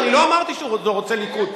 אני לא אמרתי שהוא לא רוצה ליכוד.